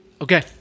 Okay